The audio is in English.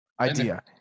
idea